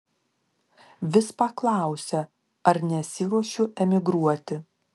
vis paklausia ar nesiruošiu emigruoti